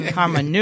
Karma